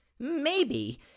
Maybe